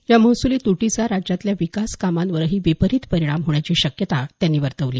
या महसुली तूटीचा राज्यातल्या विकास कामांवरही विपरित परिणाम होण्याची शक्यता त्यांनी वर्तवली